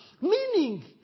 Meaning